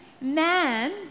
man